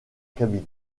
cabine